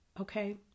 Okay